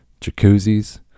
jacuzzis